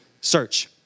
search